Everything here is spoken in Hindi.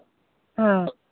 हाँ